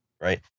Right